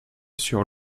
sur